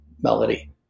melody